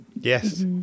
Yes